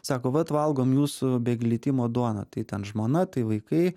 sako vat valgom jūsų be glitimo duoną tai ten žmona tai vaikai